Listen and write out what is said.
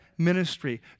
ministry